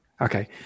Okay